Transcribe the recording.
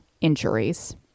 injuries